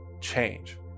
change